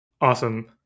Awesome